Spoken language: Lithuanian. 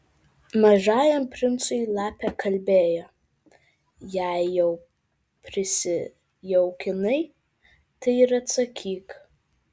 mažajam princui lapė kalbėjo jei jau prisijaukinai tai ir atsakyk